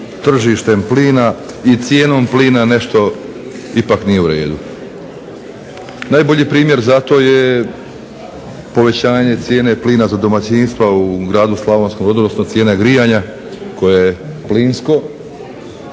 tržištem plina i cijenom plina nešto ipak nije u redu. Najbolji primjer za to je povećanje cijene plina za domaćinstva u gradu Slavonskom Brodu, odnosno cijene grijanja koje je plinsko